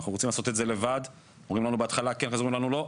אנחנו רוצים לעשות את זה לבד אומרים לנו בהתחלה כן ואחר-כך לא,